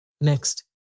Next